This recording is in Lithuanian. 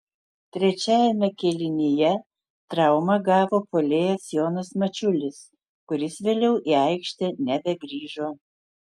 trečiajame kėlinyje traumą gavo puolėjas jonas mačiulis kuris vėliau į aikštę nebegrįžo